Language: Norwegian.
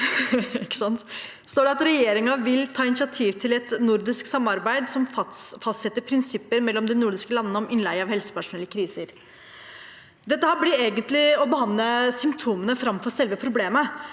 står det: «Regjeringen vil ta initiativ til et nordisk samarbeid som fastsetter prinsipper mellom de nordiske landene om innleie av helsepersonell i kriser.» Dette blir egentlig å behandle symptomene framfor selve problemet.